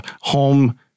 home